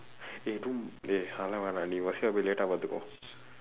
eh don't அது எல்லாம் வேண்டாம் நீ:athu ellaam veendaam nii buslae போய்:pooy laetaa பாத்துக்கோ:paaththukkoo